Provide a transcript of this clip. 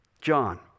John